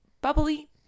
bubbly